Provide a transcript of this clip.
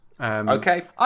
Okay